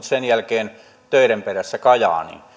sen jälkeen töiden perässä kajaaniin